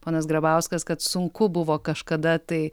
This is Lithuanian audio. ponas grabauskas kad sunku buvo kažkada tai